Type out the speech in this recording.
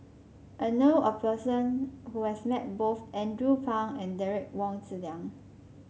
I know a person who has met both Andrew Phang and Derek Wong Zi Liang